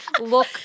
Look